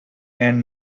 and